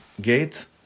gate